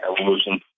evolution